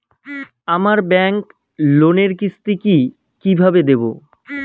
আমার ব্যাংক লোনের কিস্তি কি কিভাবে দেবো?